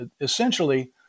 Essentially